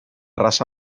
raça